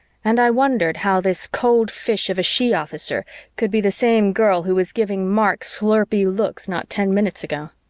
and i wondered how this cold fish of a she-officer could be the same girl who was giving mark slurpy looks not ten minutes ago.